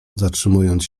zatrzymując